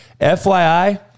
FYI